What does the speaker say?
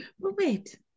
wait